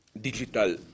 digital